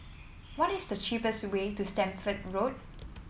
what is the cheapest way to Stamford Road